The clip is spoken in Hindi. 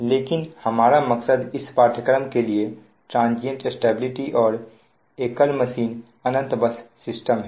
लेकिन हमारा मकसद इस पाठ्यक्रम के लिए ट्रांजियंट स्टेबिलिटी और एक कल मशीन अनंत बस सिस्टम है